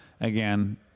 Again